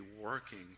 working